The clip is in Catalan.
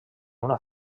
una